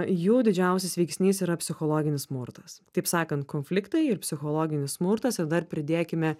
jų didžiausias veiksnys yra psichologinis smurtas taip sakant konfliktai ir psichologinis smurtas ir dar pridėkime